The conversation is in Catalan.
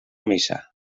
missa